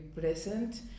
present